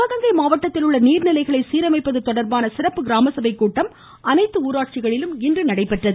சிவகங்கை மாவட்டத்திலுள்ள நீர்நிலைகளை சீரமைப்பது தொடர்பான சிறப்பு கிராமசபைக் கூட்டம் அனைத்து ஊராட்சிகளிலும் இன்று நடைபெற்றது